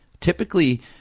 typically